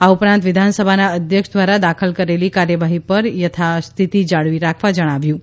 આ ઉપરાંત વિધાનસભાના અધ્યક્ષ દ્વારા દાખલ કરેલી કાર્યવાહી પર યથા સ્થિતિ જાળવી રાખવા જણાવ્યું છે